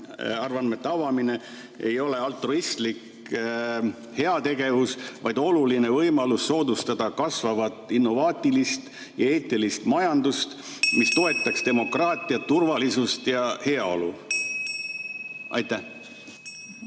avaandmete avamine ei ole altruistlik heategevus, vaid oluline võimalus soodustada kasvavat innovaatilist ja eetilist majandust, mis toetaks demokraatiat, turvalisust ja heaolu? Hea